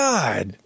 God